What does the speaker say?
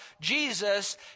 Jesus